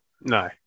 no